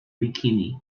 bikini